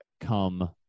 Come